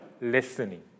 listening